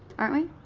aren't we?